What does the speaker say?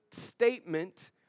statement